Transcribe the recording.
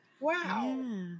Wow